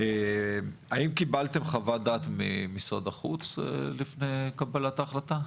האם קיבלתם חוות דעת ממשרד החוץ לפני קבלת ההחלטה?